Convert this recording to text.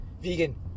vegan